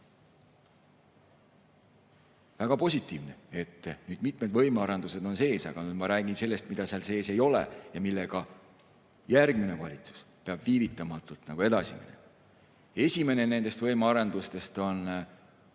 Väga positiivne on, et mitmed võimearendused on sees, aga nüüd ma räägin sellest, mida seal sees ei ole ja millega järgmine valitsus peab viivitamatult edasi minema. Esimene nendest on kaartulevõimekus